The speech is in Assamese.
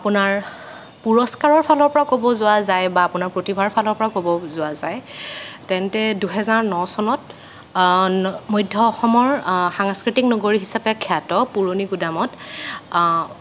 আপোনাৰ পুৰস্কাৰৰ ফালৰ পৰা ক'ব যোৱা যায় বা আপোনাৰ প্ৰতিভাৰ ফালৰ পৰা ক'ব যোৱা যায় তেন্তে দুহেজাৰ ন চনত মধ্য অসমৰ সাংস্কৃতিক নগৰী হিচাপে খ্য়াত পুৰণি গোদামত